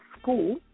school